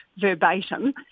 verbatim